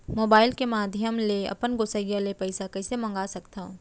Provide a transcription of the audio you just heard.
Mobile के माधयम ले अपन गोसैय्या ले पइसा कइसे मंगा सकथव?